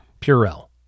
Purell